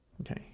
Okay